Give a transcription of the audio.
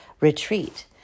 retreat